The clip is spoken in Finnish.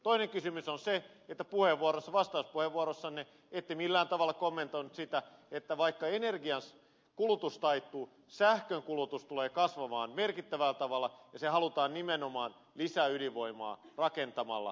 toinen kysymys on se että vastauspuheenvuorossanne ette millään tavalla kommentoinut sitä että vaikka energiankulutus taittuu sähkönkulutus tulee kasvamaan merkittävällä tavalla ja se halutaan nimenomaan lisäydinvoimaa rakentamalla turvata